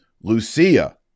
Lucia